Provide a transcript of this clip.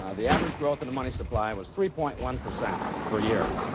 ah the average growth in the money supply was three point one percent per year.